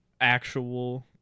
actual